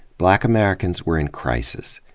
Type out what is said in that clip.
lack americans were in crisis.